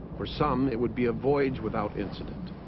for some it would be a voyage without incident